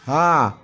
ହଁ